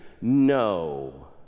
No